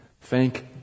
Thank